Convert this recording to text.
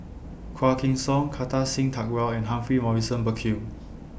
Quah Kim Song Kartar Singh Thakral and Humphrey Morrison Burkill